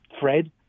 Fred